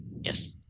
Yes